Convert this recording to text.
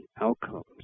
outcomes